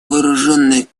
вооруженных